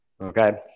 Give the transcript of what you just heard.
Okay